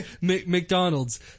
McDonald's